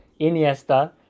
Iniesta